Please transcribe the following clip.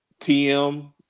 tm